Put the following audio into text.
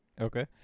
Okay